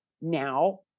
Now